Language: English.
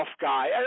guy